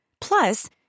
Plus